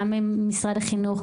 גם ממשרד החינוך,